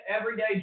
everyday